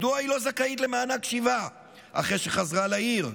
מדוע היא לא זכאית למענק שיבה אחרי שחזרה לעיר?